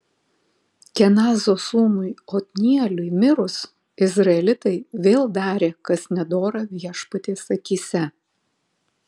kenazo sūnui otnieliui mirus izraelitai vėl darė kas nedora viešpaties akyse